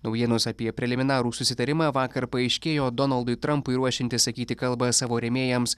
naujienos apie preliminarų susitarimą vakar paaiškėjo donaldui trampui ruošiantis sakyti kalbą savo rėmėjams